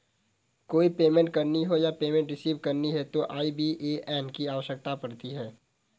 कोई पेमेंट करनी हो या पेमेंट रिसीव करनी हो तो आई.बी.ए.एन की आवश्यकता पड़ती है